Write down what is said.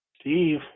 Steve